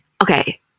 Okay